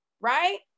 Right